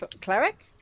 Cleric